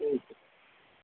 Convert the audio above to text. ठीक ऐ